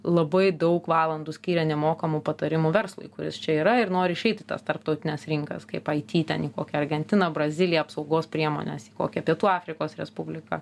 labai daug valandų skiria nemokamų patarimų verslui kuris čia yra ir nori išeit į tas tarptautines rinkas kaip aity ten į kokią argentiną braziliją apsaugos priemonės į kokią pietų afrikos respubliką